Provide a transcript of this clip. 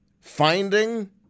finding